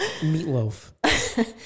meatloaf